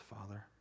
Father